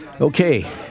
okay